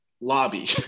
lobby